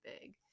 big